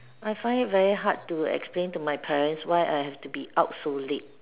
I find it very hard to explain to my parents why I have to be out so late